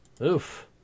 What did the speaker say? Oof